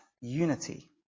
unity